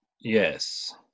yes